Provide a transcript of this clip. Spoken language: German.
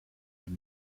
den